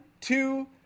two